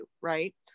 right